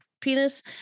penis